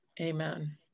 Amen